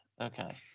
Okay